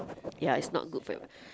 ya it's not good right